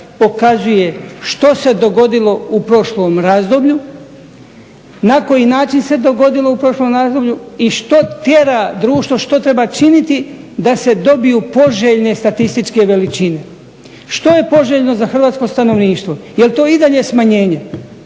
pokazuje što se dogodilo u prošlom razdoblju, na koji način se dogodilo u prošlom razdoblju i što tjera društvo što treba činiti da se dobiju poželjne statističke veličine. Što je poželjno za hrvatsko stanovništvo, jel to i dalje smanjenje?